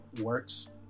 works